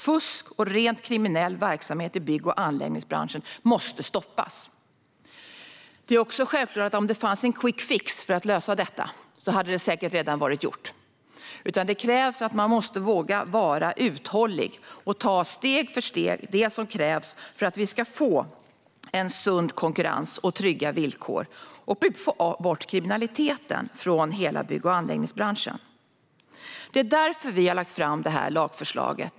Fusk och rent kriminell verksamhet i bygg och anläggningsbranschen måste stoppas. Det är också självklart att om det fanns en quick fix för att lösa detta hade det säkert redan varit gjort. Det krävs att man måste våga vara uthållig och ta steg för steg mot det som krävs för att vi ska få en sund konkurrens och trygga villkor och få bort kriminaliteten från hela bygg och anläggningsbranschen. Det är därför vi har lagt fram det här lagförslaget.